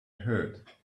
heard